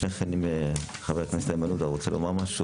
לפני כן חבר הכנסת איימן עודה רוצה מהו.